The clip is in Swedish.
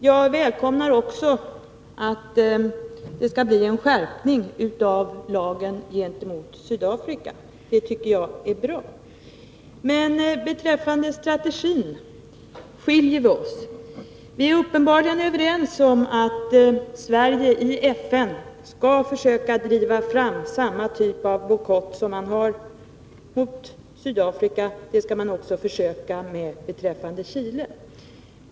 Jag välkomnar också att det skall bli en skärpning av lagen gentemot Sydafrika. Det tycker jag är bra. Men beträffande strategin skiljer vi oss åt. Vi är uppenbarligen överens om att Sverige i FN skall försöka driva fram samma typ av bojkott gentemot Chile som den man har beslutat sig för när det gäller Sydafrika.